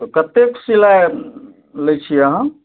तऽ कतेक सिलाइ लै छियै अहाँ